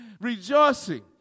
rejoicing